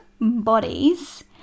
bodies